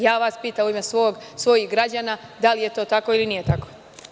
Ja vas pitam u ime svojih građana da li je to tako, ili nije tako?